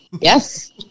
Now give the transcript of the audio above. yes